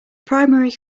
primary